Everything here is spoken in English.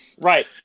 Right